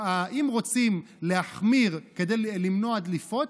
אם רוצים להחמיר כדי למנוע דליפות,